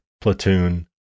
Platoon